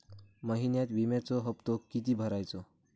महिन्यात विम्याचो हप्तो किती भरायचो?